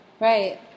Right